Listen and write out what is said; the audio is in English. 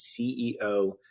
CEO